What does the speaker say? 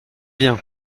bien